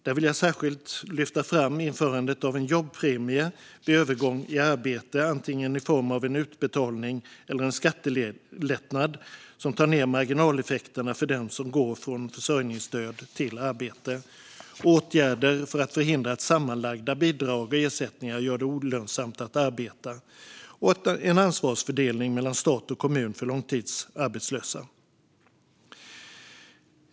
Där vill jag särskilt lyfta fram införandet av en jobbpremie vid övergång till arbete i form av antingen en utbetalning eller en skattelättnad som tar ned marginaleffekterna för den som går från försörjningsstöd till arbete. Det är åtgärder för att förhindra att sammanlagda bidrag och ersättningar gör det olönsamt att arbeta samt vidare en ansvarsfördelning mellan stat och kommun för långtidsarbetslösa.